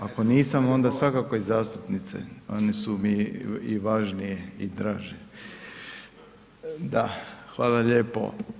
Ako nisam onda svakako i zastupnice, one su mi i važnije i draže, da, hvala lijepo.